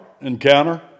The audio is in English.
encounter